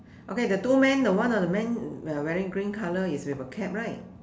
okay the two men the one of the man uh wearing green colour is with a cap right